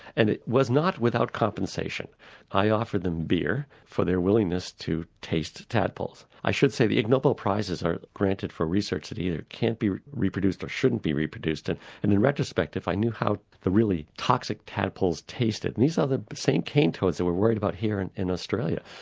and it was not without compensation i offered them beer for their willingness to taste tadpoles. i should say, the ig noble prizes are granted for research that either can't be reproduced or shouldn't be reproduced, and and in retrospect if i knew how the really toxic tadpoles tasted. and these are the same cane toads that we're worried about here in in australia.